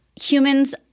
Humans